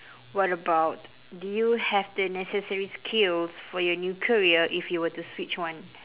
what about do you have the necessary skills for your new career if you were to switch one